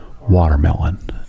watermelon